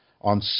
on